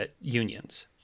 unions